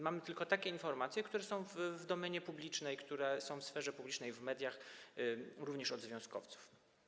Mamy tylko takie informacje, które są w domenie publicznej, które są w sferze publicznej, w mediach, również od związkowców.